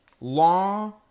law